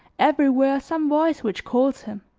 everywhere some voice which calls him.